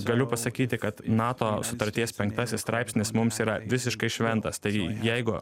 galiu pasakyti kad nato sutarties penktasis straipsnis mums yra visiškai šventas tai jeigu